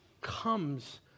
comes